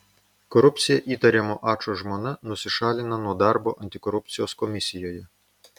korupcija įtariamo ačo žmona nusišalina nuo darbo antikorupcijos komisijoje